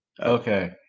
Okay